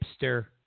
hipster